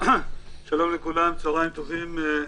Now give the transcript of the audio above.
שלום לכולם, צוהריים טובים.